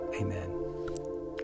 Amen